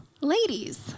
Ladies